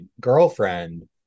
girlfriend